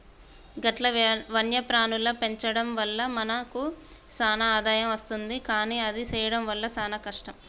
గట్ల వన్యప్రాణుల పెంచడం వల్ల మనకు సాన ఆదాయం అస్తుంది కానీ అది సెయ్యడం సాన కష్టం